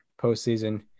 postseason